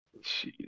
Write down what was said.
Jeez